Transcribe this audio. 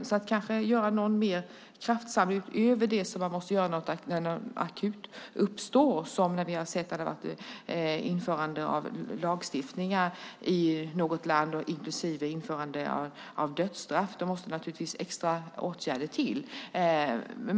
Det är kanske fråga om att göra någon mer kraftsamling utöver det som måste göras när något akut uppstår, till exempel vid införande av lagstiftningar i något land, inklusive införande av dödsstraff. Då måste naturligtvis extra åtgärder ske.